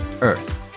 earth